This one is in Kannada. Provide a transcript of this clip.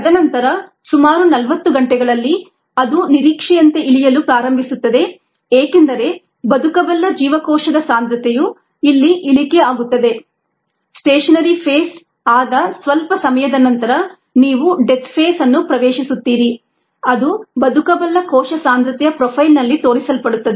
ತದನಂತರ ಸುಮಾರು 40 ಗಂಟೆಗಳಲ್ಲಿ ಅದು ನಿರೀಕ್ಷೆಯಂತೆ ಇಳಿಯಲು ಪ್ರಾರಂಭಿಸುತ್ತದೆ ಏಕೆಂದರೆ ಬದುಕಬಲ್ಲ ಜೀವಕೋಶದ ಸಾಂದ್ರತೆಯು ಇಲ್ಲಿ ಇಳಿಕೆ ಆಗುತ್ತದೆ ಸ್ಟೇಷನರಿ ಫೇಸ್ ಆದ ಸ್ವಲ್ಪ ಸಮಯದ ನಂತರ ನೀವು ಡೆತ್ ಫೇಸ್ ಅನ್ನು ಪ್ರವೇಶಿಸುತ್ತೀರಿ ಅದು ಬದುಕಬಲ್ಲ ಕೋಶ ಸಾಂದ್ರತೆಯ ಪ್ರೊಫೈಲ್ನಲ್ಲಿ ತೋರಿಸಲ್ಪಡುತ್ತದೆ